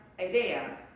Isaiah